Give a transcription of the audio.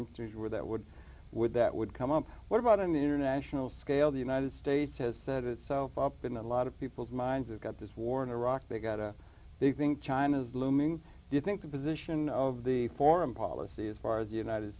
enthused where that would would that would come up what about an international scale the united states has set itself up in a lot of people's minds have got this war in iraq they've got a big thing china's looming do you think the position of the foreign policy as far as the united